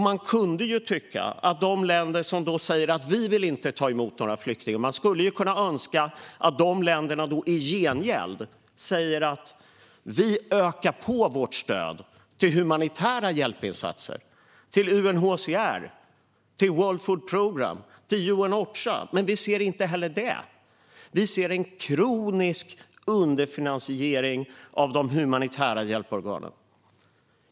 Man skulle kunna önska att de länder som säger att de inte vill ta emot några flyktingar i gengäld sa: Vi ökar vårt stöd till humanitära hjälpinsatser - till UNHCR, World Food Programme, UN Ocha. Men vi ser inte heller det. Vi ser en kronisk underfinansiering av de humanitära hjälporganen.